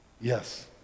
Yes